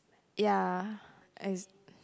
ya as